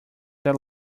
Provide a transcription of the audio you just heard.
that